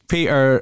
Peter